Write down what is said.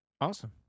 Awesome